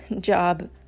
job